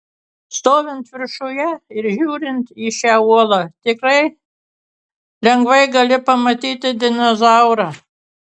stovint viršuje ir žiūrint į šią uolą tikrai lengvai gali pamatyti dinozaurą